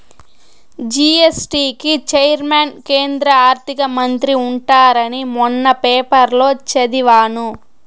GST కి chairman కేంద్ర ఆర్థిక మంత్రి ఉంటారని మొన్న పేపర్లో చదివాను